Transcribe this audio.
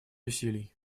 усилий